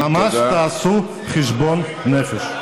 ממש תעשו חשבון נפש.